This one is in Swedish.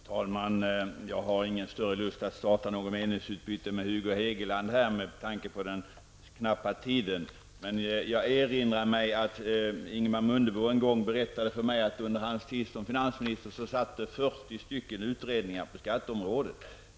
Fru talman! Med tanke på den knappa tiden vi har till förfogande har jag ingen större lust att starta något meningsutbyte med Hugo Hegeland. Jag erinrar mig dock att Ingemar Mundebo en gång berättade för mig att det pågick 40 utredningar på skatteområdet under hans tid som finansminister.